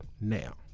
now